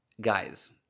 guys